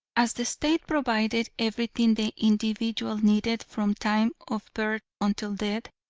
as the state provided everything the individual needed from time of birth until death,